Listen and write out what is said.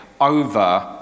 over